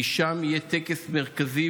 כי שם יהיה טקס מרכזי,